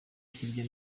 hirya